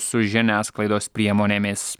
su žiniasklaidos priemonėmis